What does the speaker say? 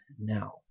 now